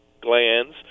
glands